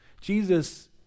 Jesus